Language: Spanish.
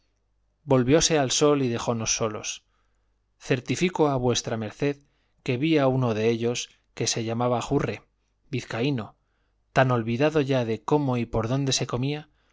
hay volvióse al sol y dejónos solos certifico a v md que vi al uno de ellos que se llamaba jurre vizcaíno tan olvidado ya de cómo y por dónde se comía